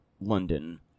London